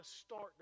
start